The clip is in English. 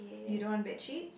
you don't want bedsheets